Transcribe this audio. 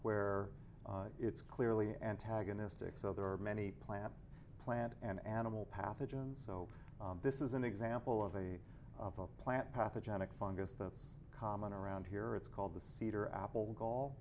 where it's clearly antagonistic so there are many plant plant and animal pathogens so this is an example of a of a plant pathogenic fungus that's common around here it's called the cedar apple gal